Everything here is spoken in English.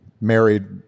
married